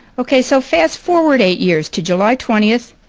okay, so fast-forward eight years to july twentieth,